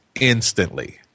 instantly